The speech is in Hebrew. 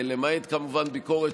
למעט, כמובן, ביקורת